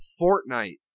Fortnite